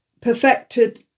perfected